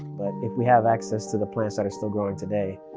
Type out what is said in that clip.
but if we have access to the plants that are still growing today,